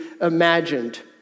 imagined